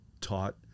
taught